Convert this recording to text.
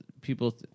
People